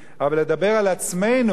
אבל לדבר על עצמנו,